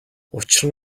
учир